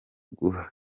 guhashya